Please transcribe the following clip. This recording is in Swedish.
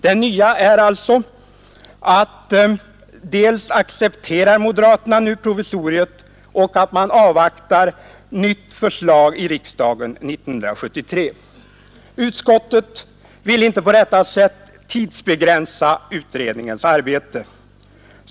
Det nya är alltså att moderaterna dels accepterar provisoriet, dels avvaktar nytt förslag i riksdagen 1973. Utskottet vill inte på detta sätt tidsbegränsa utredningens arbete.